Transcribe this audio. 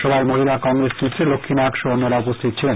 সভায় মহিলা কংগ্রেস নেত্রী লক্ষ্মী নাগ সহ অন্যরা উপস্হিত ছিলেন